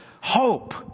Hope